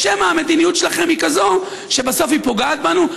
או שמא המדיניות שלכם היא כזאת שבסוף היא פוגעת בנו,